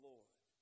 Lord